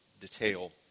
detail